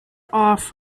off